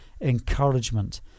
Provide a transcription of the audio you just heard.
encouragement